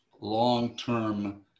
long-term